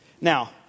Now